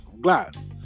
glass